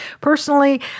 Personally